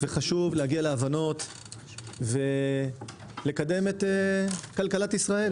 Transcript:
וחשוב להגיע להבנות ולקדם את כלכלת ישראל.